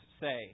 say